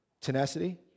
Tenacity